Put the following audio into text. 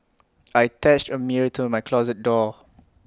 I attached A mirror to my closet door